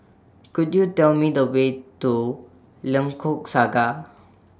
Could YOU Tell Me The Way to Lengkok Saga